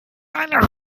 eine